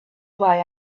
why